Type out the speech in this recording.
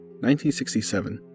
1967